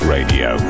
Radio